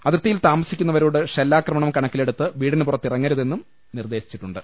അതിർത്തിയിൽ താമസിക്കുന്നവരോട് ഷെല്ലാക്രമ ണം കണക്കിലെടുത്ത് വീടിന് പുറത്തിറങ്ങരുതെന്നും നിർദേശിച്ചിട്ടു ണ്ട്